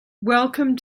welcome